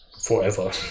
forever